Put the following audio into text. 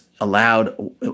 allowed